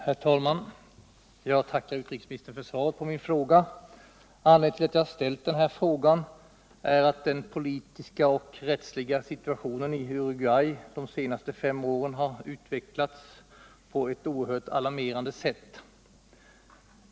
Herr talman! Jag tackar utrikesministern för svaret på min fråga. Anledningen till att jag har ställt frågan är att den politiska och rättsliga situationen i Uruguay de senaste fem åren utvecklats på ett oerhört alarmerande sätt.